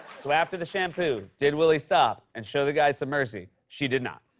so, after the shampoo, did willie stop and show the guy some mercy? she did not.